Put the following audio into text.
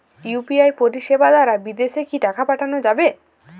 UPI পরিষেবা দারা বিদেশে কি টাকা পাঠানো যাবে?